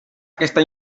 aquesta